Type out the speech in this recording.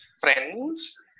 friends